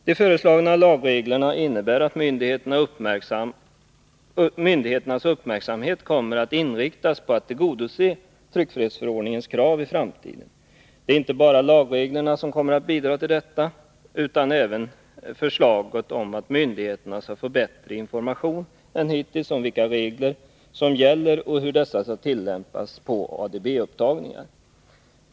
De föreslagna lagreglerna innebär att myndigheternas uppmärksamhet kommer att inriktas på att tillgodose tryckfrihetsförordningens krav i framtiden. Det är inte bara lagreglerna som kommer att bidra till detta utan även förslaget om att myndigheterna skall få bättre information än hittills om vilka regler som gäller och om hur dessa skall tillämpas på ADB upptagningar.